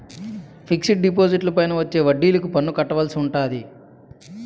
fixed డిపాజిట్లపైన వచ్చే వడ్డిలకు పన్ను కట్టవలసి ఉంటాది